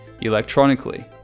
electronically